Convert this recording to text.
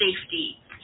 safety